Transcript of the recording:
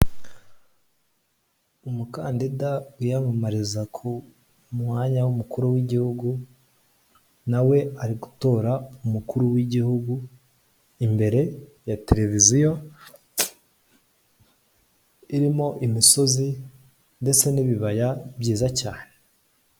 Umukandida wiyamamariza ku mwanya w'umukuru w'igihugu, na we ari gutora umukuru w'igihugu imbere ya televiziyo, irimo imisozi ndetse n'ibibaya byiza cyane.